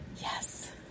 yes